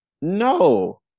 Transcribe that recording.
No